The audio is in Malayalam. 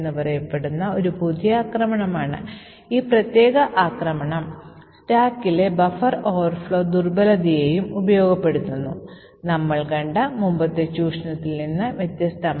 എപ്പോഴെങ്കിലും ഈ രണ്ട് ബഫറുകളിൽ ഏതെങ്കിലും ബഫർ 1 അല്ലെങ്കിൽ ബഫർ 2 ഓവർഫ്ലോ ചെയ്യുകയും അതിന്റെ മൂല്യം കാനറിയുടെ മൂല്യത്തേക്കാൾ കൂടുതലാണെങ്കിൽ കാനറിയുടെ മൂല്യം മോഡിഫൈ ചെയ്യപ്പെടും